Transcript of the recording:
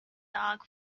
dog